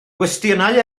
gwestiynau